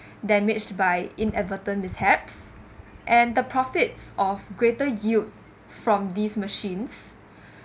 damaged by inadvertent mishaps and the profits of greater yield from these machines